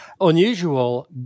unusual